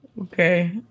Okay